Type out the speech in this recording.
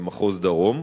מחוז דרום,